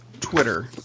Twitter